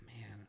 Man